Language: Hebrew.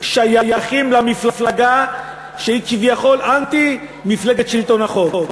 שייכים למפלגה שהיא כביכול אנטי-מפלגת שלטון החוק.